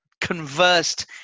conversed